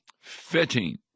fitting